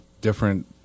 different